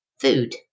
Food